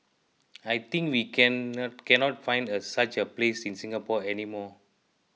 I think we can can not find uh such a place in Singapore any more